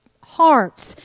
hearts